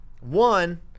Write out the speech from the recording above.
One